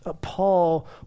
Paul